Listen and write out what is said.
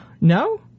no